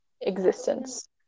existence